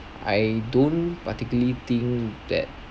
I don't particularly think that